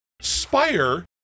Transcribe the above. spire